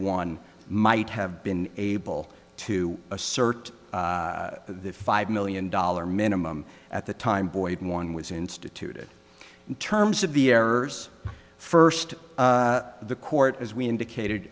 one might have been able to assert the five million dollar minimum at the time boyden one was instituted in terms of the errors first the court as we indicated